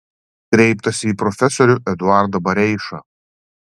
kreiptasi į profesorių eduardą bareišą